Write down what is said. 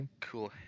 cool